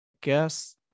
guess